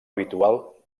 habitual